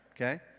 Okay